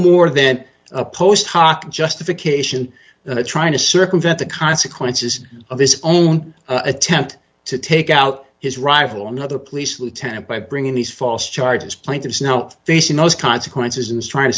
more then a post hockey justification the trying to circumvent the consequences of his own attempt to take out his rival another police lieutenant by bringing these false charges plaintiff is now facing those consequences and trying to